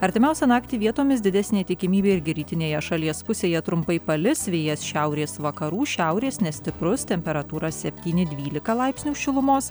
artimiausią naktį vietomis didesnė tikimybė irgi rytinėje šalies pusėje trumpai palis vėjas šiaurės vakarų šiaurės nestiprus temperatūra septyni dvylika laipsnių šilumos